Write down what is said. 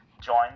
Join